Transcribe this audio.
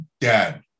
Dad